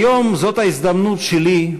כיום זאת ההזדמנות שלי,